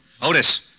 Otis